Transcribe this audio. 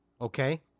okay